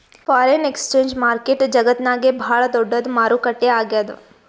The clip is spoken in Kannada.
ಫಾರೆನ್ ಎಕ್ಸ್ಚೇಂಜ್ ಮಾರ್ಕೆಟ್ ಜಗತ್ತ್ನಾಗೆ ಭಾಳ್ ದೊಡ್ಡದ್ ಮಾರುಕಟ್ಟೆ ಆಗ್ಯಾದ